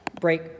Break